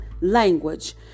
language